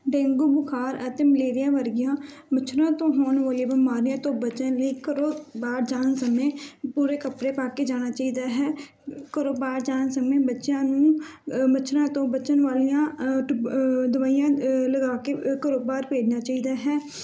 dengue ਬੁਖਾਰ ਅਤੇ malaria ਵਰਗੀਆਂ ਮੱਛਰਾਂ ਤੋਂ ਹੋਣ ਵਾਲੀਆਂ ਬਿਮਾਰੀਆਂ ਤੋਂ ਬਚਣ ਲਈ ਘਰੋਂ ਬਾਹਰ ਜਾਣ ਸਮੇਂ ਪੂਰੇ ਕੱਪੜੇ ਪਾ ਕੇ ਜਾਣਾ ਚਾਹੀਦਾ ਹੈ ਘਰੋਂ ਬਾਹਰ ਜਾਣ ਸਮੇਂ ਬੱਚਿਆਂ ਨੂੰ ਮੱਛਰਾਂ ਤੋਂ ਬਚਣ ਵਾਲੀਆਂ ਟੂਬਾਂ ਦਵਾਈਆਂ ਲਗਾ ਕੇ ਘਰੋਂ ਬਾਹਰ ਭੇਜਣਾ ਚਾਹੀਦਾ ਹੈ